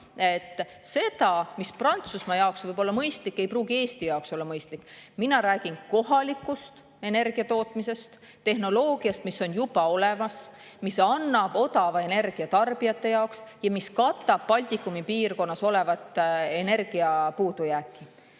See, mis Prantsusmaa jaoks võib olla mõistlik, ei pruugi olla Eesti jaoks mõistlik. Mina räägin kohalikust energiatootmisest, tehnoloogiast, mis on juba olemas, mis annab odava energia tarbijate jaoks ja mis katab Baltikumi piirkonnas olevat energiapuudujääki.